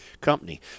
company